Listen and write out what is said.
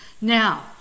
Now